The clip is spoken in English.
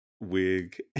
wig